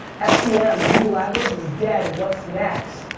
ah sem. google adwords is dead. what's next?